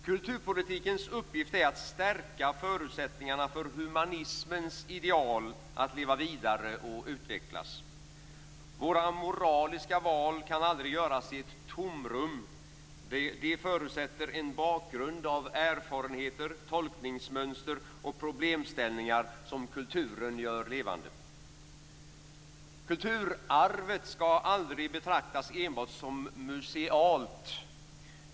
Kulturpolitikens uppgift är att stärka förutsättningarna för humanismens ideal att leva vidare och utvecklas. Våra moraliska val kan aldrig göras i ett tomrum. De förutsätter en bakgrund av erfarenheter, tolkningsmönster och problemställningar som kulturen gör levande. Kulturarvet skall aldrig betraktas enbart som musealt.